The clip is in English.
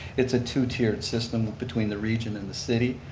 it's a two-tiered system between the region and the city.